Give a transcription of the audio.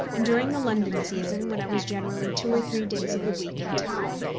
and during the london season, when i was generally two or three days of the week in town,